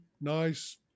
nice